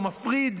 או מפריד,